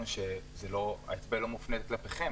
האצבע לא מופנית כלפיכם,